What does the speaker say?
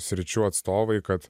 sričių atstovai kad